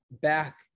back